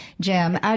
Jim